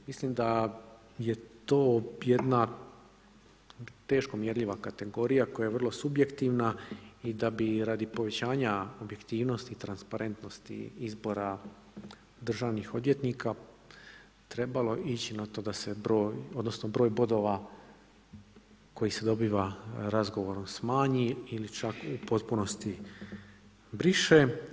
Mislim da je to jedna teško mjerljiva kategorija koja je vrlo subjektivna i da bi radi povećanja objektivnosti i transparentnosti izbora državnih odvjetnika trebalo ići na to da se broj, odnosno broj bodova koji se dobiva razgovorom smanji ili čak u potpunosti briše.